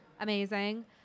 amazing